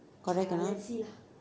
correct ah